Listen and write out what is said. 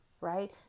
right